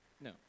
no